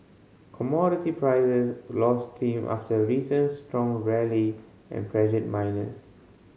commodity prices lost steam after a recent strong rally and pressured miners